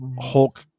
hulk